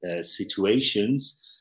situations